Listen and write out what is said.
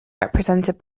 represented